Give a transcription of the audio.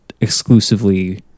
exclusively